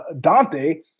Dante